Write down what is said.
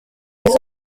mwiza